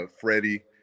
Freddie